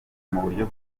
muburyo